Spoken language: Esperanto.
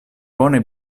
bone